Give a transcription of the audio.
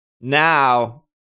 Now